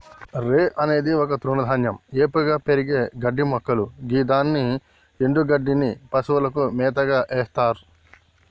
రై అనేది ఒక తృణధాన్యం ఏపుగా పెరిగే గడ్డిమొక్కలు గిదాని ఎన్డుగడ్డిని పశువులకు మేతగ ఎత్తర్